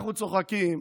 אנחנו צוחקים,